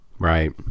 Right